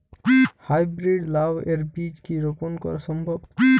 High breed লাও এর বীজ কি রোপন করা সম্ভব?